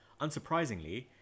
Unsurprisingly